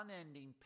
unending